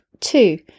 Two